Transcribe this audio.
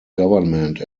government